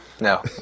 No